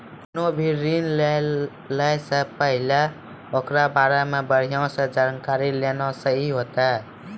कोनो भी ऋण लै से पहिले ओकरा बारे मे बढ़िया से जानकारी लेना सही होतै